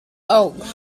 oaks